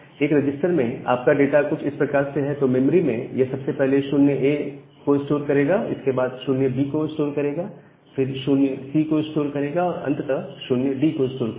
एक रजिस्टर में अगर आपका डाटा कुछ इस प्रकार से है तो मेमोरी में यह सबसे पहले 0A स्टोर करेगा और इसके बाद यह 0B को स्टोर करेगा फिर 0C को स्टोर करेगा और अंततः 0D को स्टोर करेगा